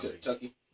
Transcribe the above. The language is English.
Chucky